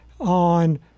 on